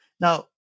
Now